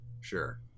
Sure